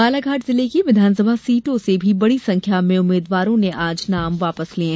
बालाघाट जिले की विधानसभा सीटो से भी बड़ी संख्या में उम्मीदवारों ने आज नाम वापस लिये